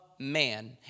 Man